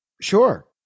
sure